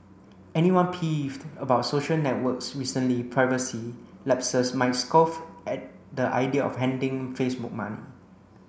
anyone peeved about social network's recently privacy lapses might scoff at the idea of handing Facebook money